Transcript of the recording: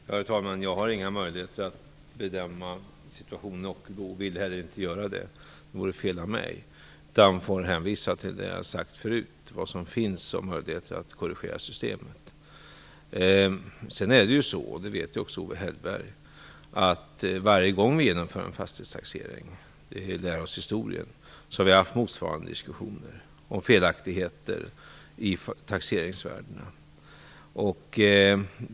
Herr talman! Jag har inga möjligheter att bedöma situationen i Ockelbo och vill heller inte göra det, det vore fel av mig. Jag får hänvisa till det jag har sagt förut om vilka möjligheter som finns att korrigera systemet. Som Owe Hellberg vet har vi varje gång som vi genomfört en fastighetstaxering - det lär oss historien - haft motsvarande diskussioner om felaktigheter i taxeringsvärdena.